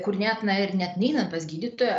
kur net na ir net neinant pas gydytoją